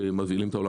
שמבהיל את העניין.